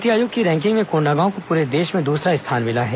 नीति आयोग की रैंकिंग में कोण्डागांव को पूरे देश में दूसरा स्थान मिला है